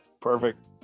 Perfect